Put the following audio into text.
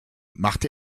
machte